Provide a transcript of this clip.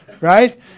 right